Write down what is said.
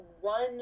one